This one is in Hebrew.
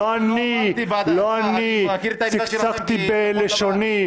לא אני צחצחתי בלשוני.